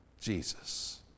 Jesus